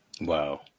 Wow